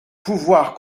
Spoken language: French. pouvoir